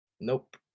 Nope